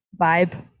vibe